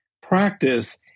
practice